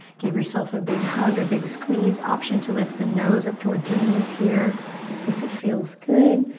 give yourself a big hug. a big squeeze. option to lift the nose up towards the knees here if it feels good.